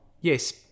Yes